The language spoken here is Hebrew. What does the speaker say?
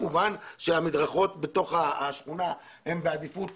כמובן שהמדרכות בתוך השכונה הן בעדיפות